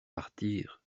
partir